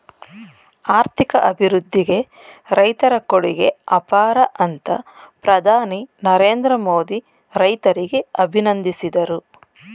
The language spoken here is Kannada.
ಆರ್ಥಿಕ ಅಭಿವೃದ್ಧಿಗೆ ರೈತರ ಕೊಡುಗೆ ಅಪಾರ ಅಂತ ಪ್ರಧಾನಿ ನರೇಂದ್ರ ಮೋದಿ ರೈತರಿಗೆ ಅಭಿನಂದಿಸಿದರು